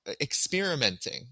experimenting